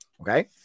Okay